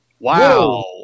Wow